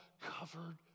covered